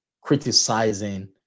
criticizing